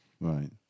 Right